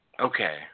Okay